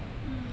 mm